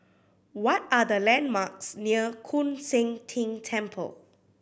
what are the landmarks near Koon Seng Ting Temple